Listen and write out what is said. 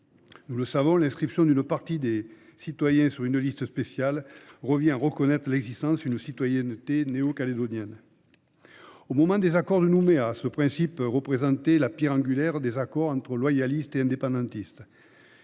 Nous le savons, l’inscription d’une partie des citoyens sur une liste spéciale revient à reconnaître l’existence d’une citoyenneté néo calédonienne. Au moment des accords de Nouméa, ce principe représentait la pierre angulaire des accords entre loyalistes et indépendantistes.